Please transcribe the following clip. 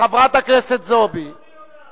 חברת הכנסת זועבי, אני קורא לך לסדר פעם ראשונה.